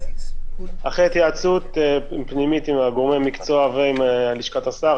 ואחרי התייעצות פנימית עם גורמי המקצוע ועם לשכת השר,